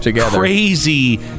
crazy